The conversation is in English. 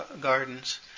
gardens